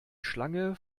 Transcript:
schlange